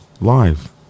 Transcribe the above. live